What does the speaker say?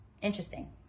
interesting